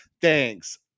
Thanks